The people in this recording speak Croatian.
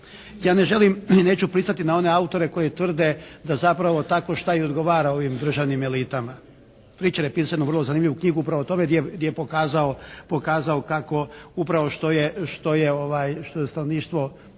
Ja ne želim i neću pristati na one autore koji tvrde da zapravo takvo šta i odgovara ovim državnim elitama. … /Govornik se ne razumije./ … još jednu vrlo zanimljivu knjigu upravo o tome gdje je pokazao kako upravo što je, što